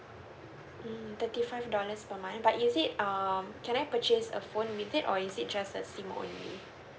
mm thirty five dollars per month but is it um can I purchase a phone with it or is it just a SIM only